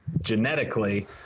genetically